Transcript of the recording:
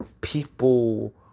people